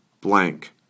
blank